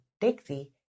Dixie